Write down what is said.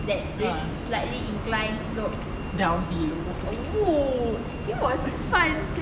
that there slightly inclined slope it was fun sia